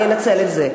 אני אנצל את זה.